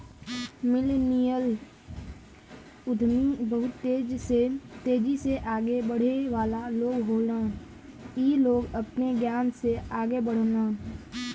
millennial उद्यमी बहुत तेजी से आगे बढ़े वाला लोग होलन इ लोग अपने ज्ञान से आगे बढ़लन